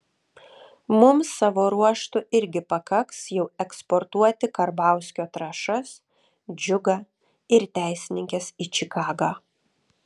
mums savo ruožtu irgi pakaks jau eksportuoti karbauskio trąšas džiugą ir teisininkes į čikagą